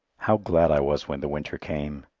how glad i was when the winter came,